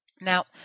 Now